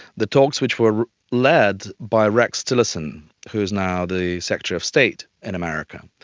the talks which were led by rex tillerson who was now the secretary of state in america.